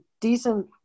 decent